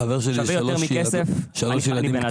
לחבר שלי יש שלושה ילדים קטנים.